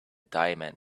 diamond